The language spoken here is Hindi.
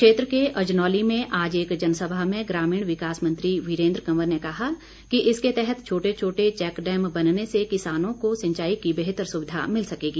क्षेत्र के अजनौली में आज एक जनसभा में ग्रामीण विकास मंत्री वीरेन्द्र कंवर ने कहा कि इसके तहत छोटे छोटे चैक डैम बनने से किसानों को सिंचाई की बेहतर सुविधा मिल सकेगी